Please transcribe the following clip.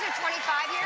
twenty five